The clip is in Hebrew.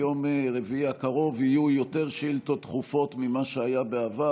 כבר ביום רביעי הקרוב יהיו יותר שאילתות דחופות ממה שהיה בעבר,